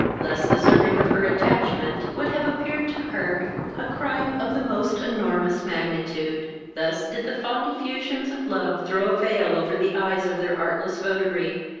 less deserving of her attachment, would have appeared to her a crime of the most enormous magnitude. thus did the fond effusions of love throw a veil over the eyes of their artless votary,